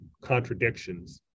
contradictions